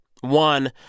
One